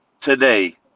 today